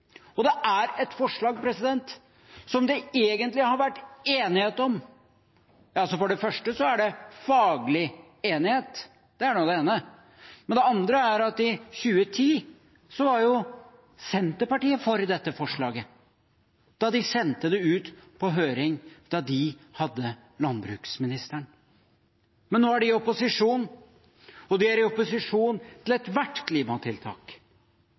og dette er et forslag som det egentlig har vært enighet om. For det første er det faglig enighet – det er nå det ene – men det andre er at i 2010 var jo Senterpartiet for dette forslaget, da de sendte det ut på høring da de hadde landbruksministeren. Men nå er de i opposisjon, og de er i opposisjon til ethvert klimatiltak.